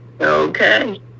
Okay